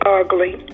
ugly